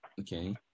Okay